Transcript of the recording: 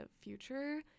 future